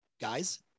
guys